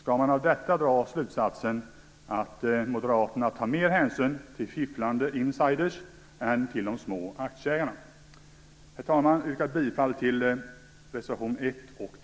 Skall man av detta dra slutsatsen att moderaterna tar mer hänsyn till fifflande insider än till de små aktieägarna? Herr talman! Jag yrkar bifall till reservationerna 1